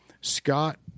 Scott